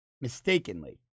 mistakenly